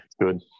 good